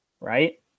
right